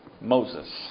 Moses